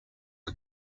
are